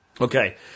Okay